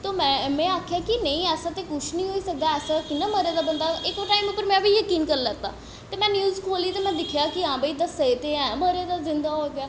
तो में में आखेआ कि नेईं ऐसा ते कुछ निं होई सकदा ऐसा कि'यां मरे दा बंदा इक्को टाइम उप्पर में बी जकीन करी लैता ते में न्यूज खोह्ल्ली ते में दिक्खेआ कि हां भाई दस्सा दे ते हैन मरे दा जिंदा हो गेआ